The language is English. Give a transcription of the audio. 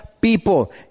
people